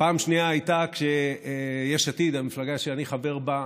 פעם שנייה הייתה כשיש עתיד, המפלגה שאני חבר בה,